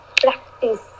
practice